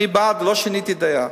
אני בעד, לא שיניתי דעה.